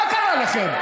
מה קרה לכן?